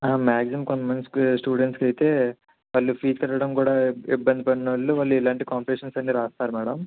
maximum కొంతమంది స్టూడెంట్స్కి అయితే వాళ్ళు ఫీజ్ కట్టడం కూడా ఇబ్బంది వాళ్ళు ఇలాంటి కాంపిటీషన్స్ అన్నీ రాస్తారు మేడం